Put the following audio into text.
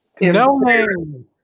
no-name